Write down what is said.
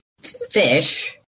fish